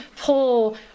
pull